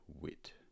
wit